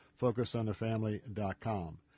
FocusOnTheFamily.com